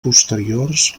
posteriors